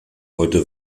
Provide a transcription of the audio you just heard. heute